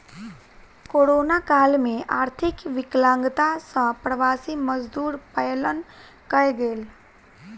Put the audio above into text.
corona काल में आर्थिक विकलांगता सॅ प्रवासी मजदूर पलायन कय गेल